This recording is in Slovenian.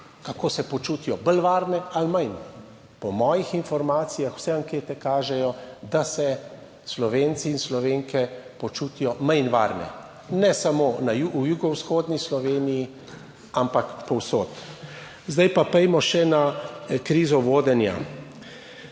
kako se počutijo, bolj varne ali manj. Po mojih informacijah vse ankete kažejo, da se Slovenci in Slovenke počutijo manj varne, ne samo v jugovzhodni Sloveniji, ampak povsod. Zdaj pa pojdimo še na krizo vodenja.